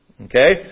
Okay